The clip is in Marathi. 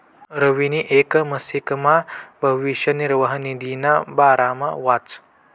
रवीनी येक मासिकमा भविष्य निर्वाह निधीना बारामा वाचं